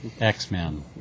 X-Men